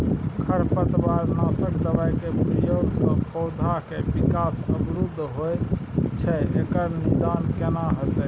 खरपतवार नासक दबाय के प्रयोग स पौधा के विकास अवरुध होय छैय एकर निदान केना होतय?